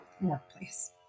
workplace